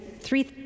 three